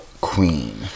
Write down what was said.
Queen